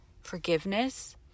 forgiveness